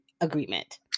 agreement